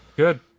Good